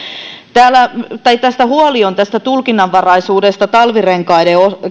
huoli on tästä tulkinnanvaraisuudesta talvirenkaiden